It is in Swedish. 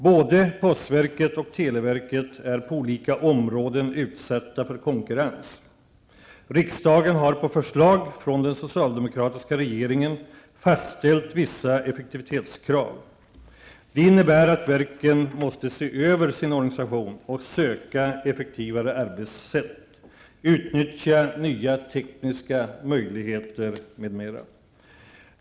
Både postverket och televerket är på olika områden utsatta för konkurrens. Riksdagen har på förslag från den socialdemokratiska regeringen fastställt vissa effektivitetskrav. Det innebär att verken måste se över sin organisation och söka effektivare arbetssätt, utnyttja nya tekniska möjligheter osv.